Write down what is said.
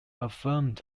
affirmed